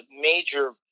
major